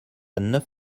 neuf